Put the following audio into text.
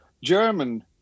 German